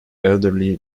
elderly